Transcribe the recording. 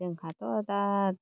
जोंहाथ' दा